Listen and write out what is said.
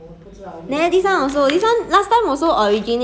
我跟现在新加坡也是有